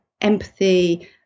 empathy